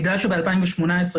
בגלל שב-2018,